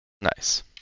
Nice